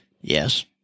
Yes